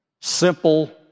simple